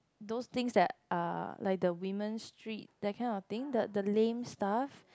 those things that are like the women's street that kind of thing the lame stuff